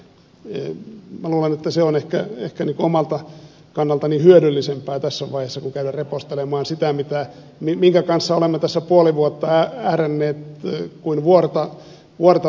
luulen että se on ehkä omalta kannaltani hyödyllisempää tässä vaiheessa kuin käydä repostelemaan sitä minkä kanssa olemme tässä puoli vuotta ähränneet kuin vuorta louhien ja hiiri syntyi